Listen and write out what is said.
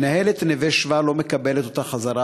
מנהלת "נווה שבא" לא מקבלת אותה חזרה,